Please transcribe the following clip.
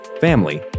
family